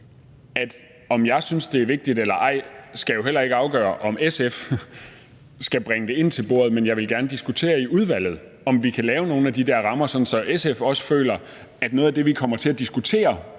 om jeg synes, det er vigtigt eller ej, skal jo ikke afgøre, om SF skal bringe det ind til bordet. Men jeg vil gerne diskutere i udvalget, om vi kan lave nogle af de der rammer, sådan at SF også føler, at det er noget, vi kommer til at diskutere